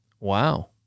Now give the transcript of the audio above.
Wow